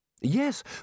Yes